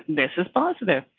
this is positive.